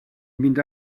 mynd